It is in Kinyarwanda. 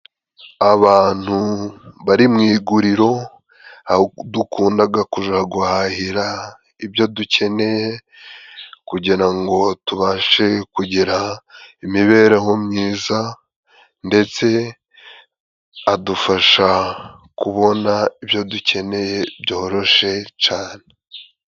Abantu bari mu iguriro, aho dukunda kujya guhahira ibyo dukeneye, kugira ngo tubashe kugira imibereho myiza, ndetse hadufasha kubona ibyo dukeneye cyane.